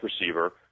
receiver